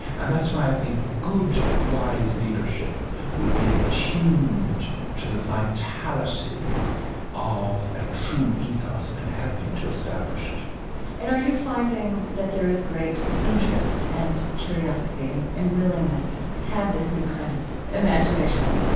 and that's why i think good, wise leadership will be attuned to the vitality of a true ethos and helping to establish it and are you finding that there is great interest and curiosity and and willingness to have this new kind of imagination